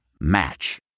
Match